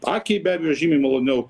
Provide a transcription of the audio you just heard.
akiai be abejo žymiai maloniau